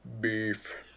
beef